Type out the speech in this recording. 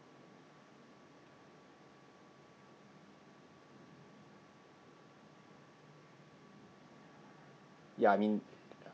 ya I mean